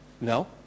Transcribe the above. No